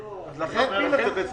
איך אני מונע את הגלגול הזה?